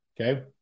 Okay